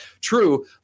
true